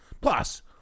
plus